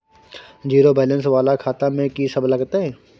Zero balance वाला खाता में की सब लगतै?